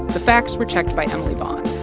the facts were checked by emily vaughn.